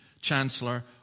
chancellor